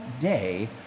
day